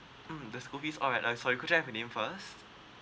mm alright uh sorry could I have your name first